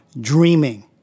dreaming